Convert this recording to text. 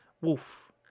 wolf